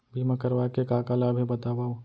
बीमा करवाय के का का लाभ हे बतावव?